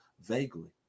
vaguely